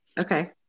Okay